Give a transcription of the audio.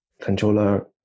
controller